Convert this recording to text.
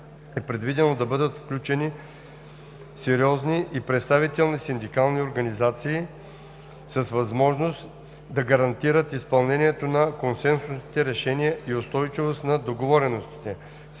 е предвидено да бъдат включени сериозни и представителни синдикални организации с възможност да гарантират изпълнението на консенсусните решения и устойчивост на договореностите.